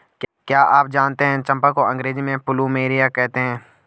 क्या आप जानते है चम्पा को अंग्रेजी में प्लूमेरिया कहते हैं?